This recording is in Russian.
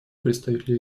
представителя